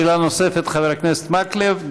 שאלה נוספת לחבר הכנסת מקלב.